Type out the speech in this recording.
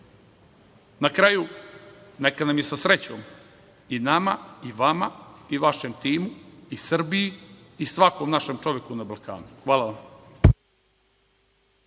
kraju, neka nam je sa srećom i nama i vama i vašem timu i Srbiji i svakom našem čoveku na Balkanu. Hvala vam.